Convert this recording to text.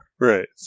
Right